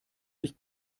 sich